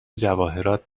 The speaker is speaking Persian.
جواهرات